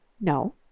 no